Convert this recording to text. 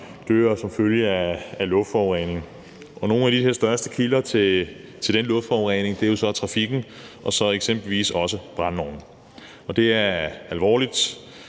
dør som følge af luftforurening. Nogle af de største kilder til den luftforurening er så trafikken og eksempelvis også brændeovne. Det er alvorligt,